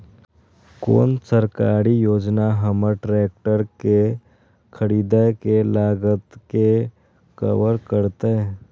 कोन सरकारी योजना हमर ट्रेकटर के खरीदय के लागत के कवर करतय?